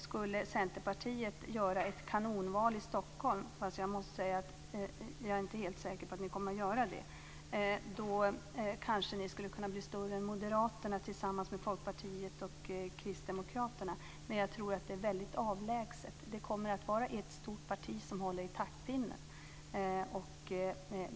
Skulle Centerpartiet göra ett kanonval i Stockholm - jag är inte helt säker på att ni kommer att göra det - kanske det skulle kunna bli större än Moderaterna tillsammans med Folkpartiet och Kristdemokraterna. Men jag tror att det är väldigt avlägset. Det kommer att vara ett stort parti som håller i taktpinnen.